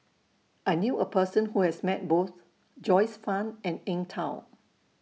I knew A Person Who has Met Both Joyce fan and Eng Tow